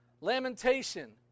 lamentation